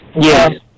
Yes